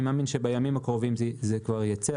אני מאמין שבימים הקרובים זה כבר ייצא,